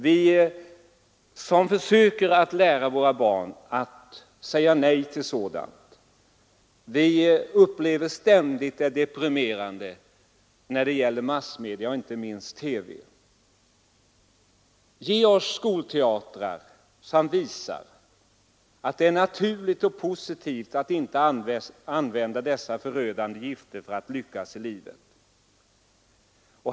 Vi som försöker lära våra barn att säga nej till sådant upplever ständigt massmedias och inte minst TV:s insatser som deprimerande. Ge oss skolteatrar som visar att det är naturligt och positivt att inte använda dessa förödande gifter för att lyckas i livet!